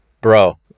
Bro